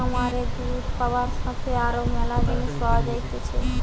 খামারে দুধ পাবার সাথে আরো ম্যালা জিনিস পাওয়া যাইতেছে